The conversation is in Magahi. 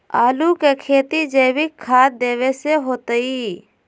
आलु के खेती जैविक खाध देवे से होतई?